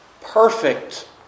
Perfect